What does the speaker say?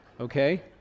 Okay